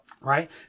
Right